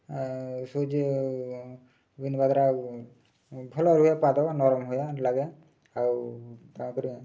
ଆଉ ସୁଜ୍ ପିନ୍ଧିବା ଦ୍ୱାରା ଆଉ ଭଲ ରୁହେ ପାଦ ନରମ ହୁଏ ଲାଗେ ଆଉ ତା'ପରେ